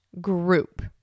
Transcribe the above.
group